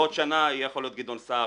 בעוד שנה זה יכול להיות גדעון סער,